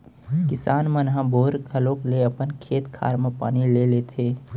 किसान मन ह बोर घलौक ले अपन खेत खार म पानी ले लेथें